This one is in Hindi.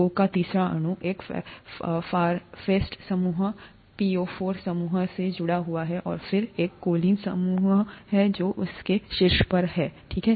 O का तीसरा अणु एक फॉस्फेट समूह PO 4 समूह से जुड़ा हुआ है और फिर एक choline समूह है जो उस के शीर्ष पर है ठीक है